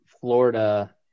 Florida